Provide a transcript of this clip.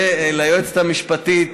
ליועצת המשפטית,